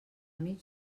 mig